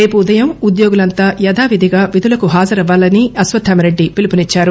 రేపు ఉదయం ఉద్యోగులంతా యథావిధిగా విధులకు హాజరవ్వాలని అశ్వత్థామరెడ్డి పిలుపునిచ్చారు